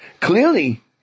Clearly